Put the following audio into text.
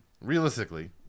realistically